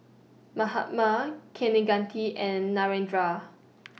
Mahatma Kaneganti and Narendra